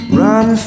run